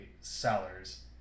sellers